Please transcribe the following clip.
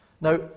Now